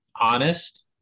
honest